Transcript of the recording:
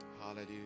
Hallelujah